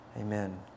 amen